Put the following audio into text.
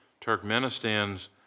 Turkmenistan's